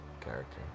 Character